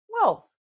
wealth